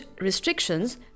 restrictions